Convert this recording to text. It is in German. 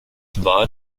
war